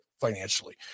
financially